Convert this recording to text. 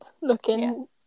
looking